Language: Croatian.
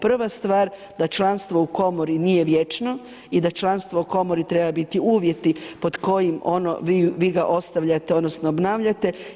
Prva stvar da članstvo u komori nije vječno i da članstvo u komori treba biti uvjeti pod kojim ono, vi ga ostavljate, odnosno obnavaljate.